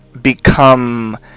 Become